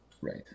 right